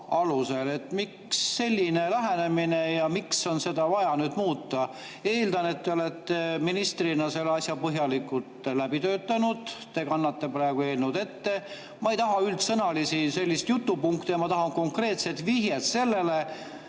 loa osas. Miks selline lähenemine ja miks on seda vaja nüüd muuta? Eeldan, et te olete ministrina selle asja põhjalikult läbi töötanud, te kannate ju praegu eelnõu ette. Ma ei taha üldsõnalist jutupunkti, ma tahan konkreetset [viidet],